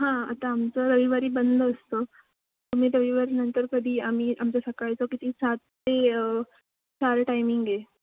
हां आता आमचं रविवारी बंद असतं तुम्ही रविवारी नंतर कधी आम्ही आमच्या सकाळचं किती सात ते चार टायमिंग आहे